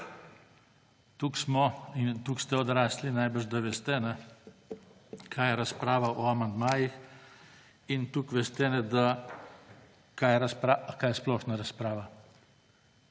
Toliko smo in toliko ste odrasli, najbrž, da veste, kaj je razprava o amandmajih, in tudi veste, kaj je splošna razprava.